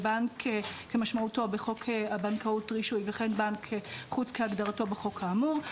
בנק כמשמעותו בחוק הבנקאות (רישוי) וכן בנק חוץ כהגדרתו בחוק האמור.